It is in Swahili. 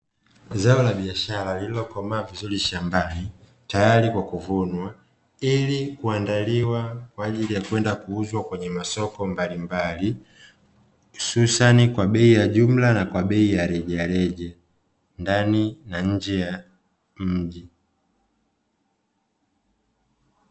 Zao la biashara lililokomaa vizuri shambani tayari kwa kuvunwa, ili kuandaliwa kwa ajili ya kwenda kuuzwa kwenye masoko mbalimbali, hususani kwa bei ya jumla na kwa bei ya rejareja ndani na nje ya mji.